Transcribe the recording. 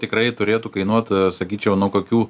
tikrai turėtų kainuot sakyčiau nuo kokių